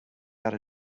got